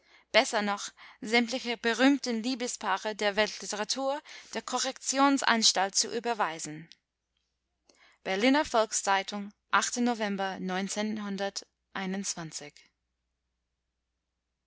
besser noch sämtliche berühmten liebespaare der weltliteratur der